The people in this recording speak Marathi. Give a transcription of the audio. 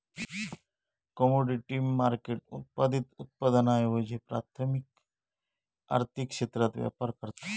कमोडिटी मार्केट उत्पादित उत्पादनांऐवजी प्राथमिक आर्थिक क्षेत्रात व्यापार करता